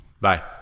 Bye